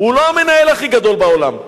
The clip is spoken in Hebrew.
הוא לא המנהל הכי גדול בעולם.